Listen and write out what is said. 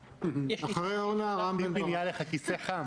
שרד.